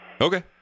Okay